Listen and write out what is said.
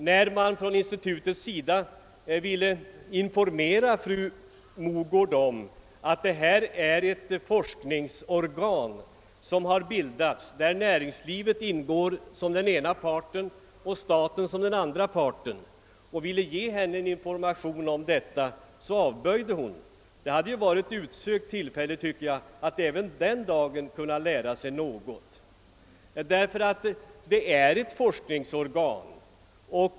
När man från institutets sida ville informera fru Mogård om att detta är ett forskningsorgan, i vilket näringslivet ingår som den ena parten och staten som den andra, avböjde hon. Det hade ju varit ett utsökt tillfälle, tycker jag, att få lära sig något även den dagen. | IVL är ett forskningsorgan.